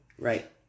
Right